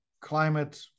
climate